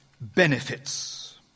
benefits